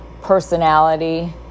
personality